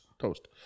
toast